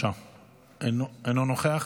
אינו נוכח,